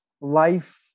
life